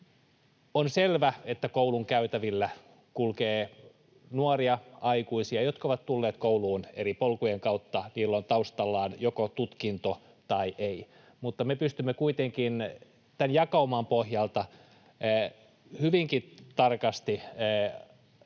On selvää, että koulun käytävillä kulkee nuoria aikuisia, jotka ovat tulleet kouluun eri polkujen kautta. Heillä on taustallaan joko tutkinto tai ei, mutta me pystymme kuitenkin tämän jakauman pohjalta hyvinkin tarkasti varmistamaan